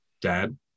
Dad